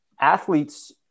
athletes